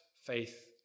faith